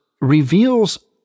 reveals